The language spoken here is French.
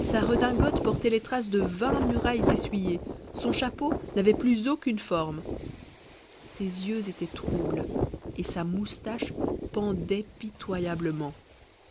sa redingote portait les traces de vingt murailles essuyées son chapeau n'avait plus aucune forme ses yeux étaient troubles et sa moustache pendait pitoyablement